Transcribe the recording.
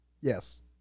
Yes